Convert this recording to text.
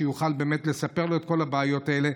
שיוכלו באמת לספר לו את כל הבעיות האלה.